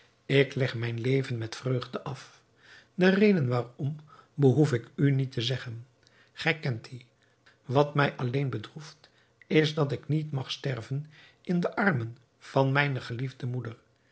ik leg mijn leven met vreugde af de reden waarom behoef ik u niet te zeggen gij kent die wat mij alleen bedroeft is dat ik niet mag sterven in de armen van mijne geliefde moeder